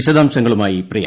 വിശദാംശങ്ങളുമായി പ്രിയ